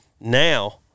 Now